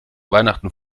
weihnachten